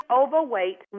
overweight